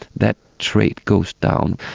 that trait goes down,